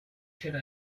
should